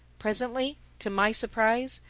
presently, to my surprise,